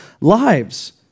lives